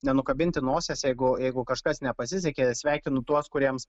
nenukabinti nosies jeigu jeigu kažkas nepasisekė sveikinu tuos kuriems